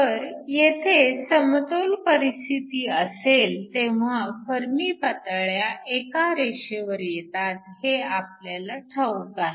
तर येथे समतोल परिस्थिती असेल तेव्हा फर्मी पातळ्या एका रेषेवर येतात हे आपल्याला ठाऊक आहे